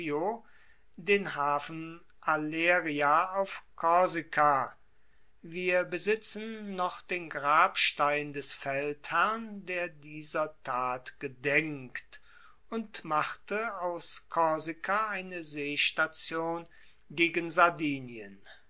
den hafen aleria auf korsika wir besitzen noch den grabstein des feldherrn der dieser tat gedenkt und machte aus korsika eine seestation gegen sardinien